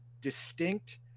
distinct